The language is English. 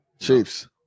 Chiefs